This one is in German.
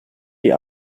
die